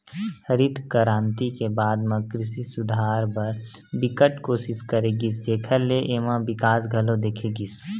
हरित करांति के बाद म कृषि सुधार बर बिकट कोसिस करे गिस जेखर ले एमा बिकास घलो देखे गिस